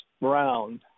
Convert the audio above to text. round